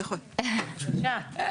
בבקשה,